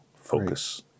Focus